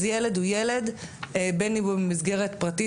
אז ילד הוא ילד בין אם הוא במסגרת פרטית.